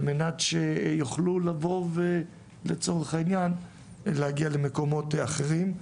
על מנת שיוכלו לבוא ולצורך העניין להגיע למקומות אחרים.